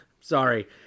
sorry